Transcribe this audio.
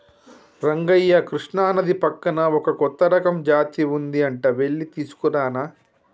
రంగయ్య కృష్ణానది పక్కన ఒక కొత్త రకం జాతి ఉంది అంట వెళ్లి తీసుకురానా